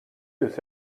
jūs